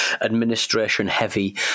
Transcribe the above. administration-heavy